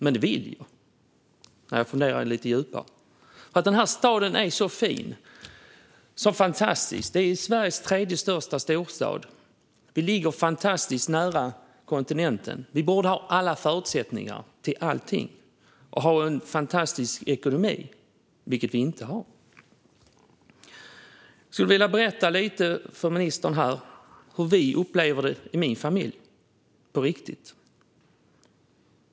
Men det vill jag, när jag funderar lite djupare, för den staden är så fin och fantastisk. Det är Sveriges tredje största storstad. Vi ligger fantastiskt nära kontinenten. Vi borde ha alla förutsättningar för allting och ha en fantastisk ekonomi, vilket vi inte har. Jag skulle vilja berätta lite för ministern hur vi upplever det i min familj, på riktigt.